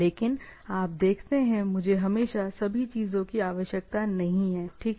लेकिन आप देखते हैं मुझे हमेशा सभी चीजों की आवश्यकता नहीं है ठीक है